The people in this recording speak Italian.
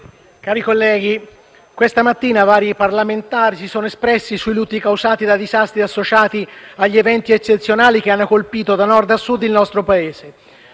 cari colleghi, questa mattina vari parlamentari si sono espressi sui lutti causati dai disastri associati agli eventi eccezionali che hanno colpito da Nord a Sud il nostro Paese.